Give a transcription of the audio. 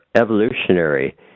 evolutionary